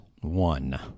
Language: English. one